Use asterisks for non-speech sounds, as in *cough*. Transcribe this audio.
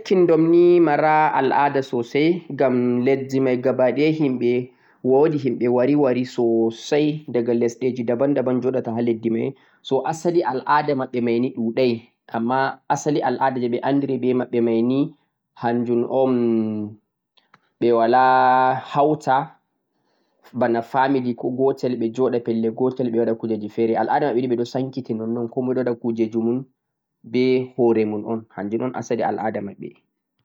United Kingɗum ni maraa al'aada soosay ngam leddi may 'gabaɗaya' himɓe woodi himɓe wari-wari soosay diga lesde ji 'daban-daban' joɗata ha leddi may so asali al'aada *hesitation* maɓɓe mayni ɗuday ammaa asali al'aada jee ɓe anndiri be maɓɓe mayni hannjum on be walaa hawta bana family ko bo ɓe jo'ɗa pellel gootel ɓe waɗa kuujeeeji feere. al'aada maɓɓe mayn ɓe ɗon sankiti nonnon komoy ɗa waɗa kuujeeeji mum beat hoore mum on kanjum on asali al'aada maɓɓe